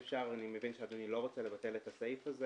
אם אפשר אני מבין שאדוני לא רוצה לבטל את הסעיף הזה